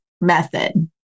method